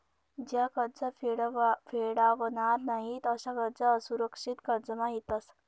ज्या कर्ज फेडावनार नयीत अशा कर्ज असुरक्षित कर्जमा येतस